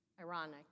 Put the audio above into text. ironic